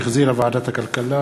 שהחזירה ועדת הכלכלה.